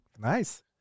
Nice